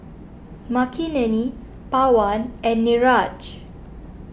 Makineni Pawan and Niraj